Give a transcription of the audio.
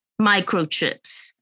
microchips